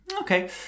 Okay